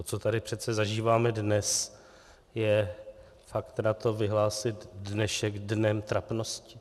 To, co tady přece zažíváme dnes, je fakt na to vyhlásit dnešek dnem trapnosti.